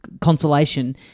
consolation